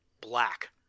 black